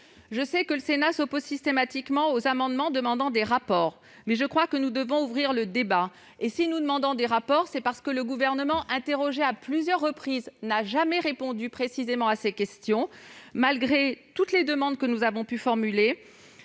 Je sais que le Sénat s'oppose systématiquement aux amendements demandant des rapports, mais je crois que nous devons ouvrir le débat : si nous demandons de tels documents, c'est justement parce que le Gouvernement, interrogé à plusieurs reprises, n'a jamais répondu précisément à ces questions, en dépit de toutes nos sollicitations.